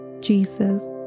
Jesus